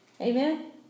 Amen